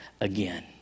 again